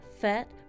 fat